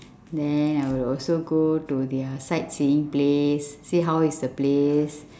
then I will also go to their sightseeing place see how is the place